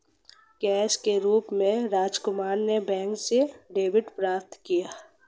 cash के रूप में राजकुमार ने बैंक से डेबिट प्राप्त किया